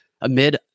amid